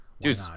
Dude